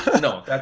no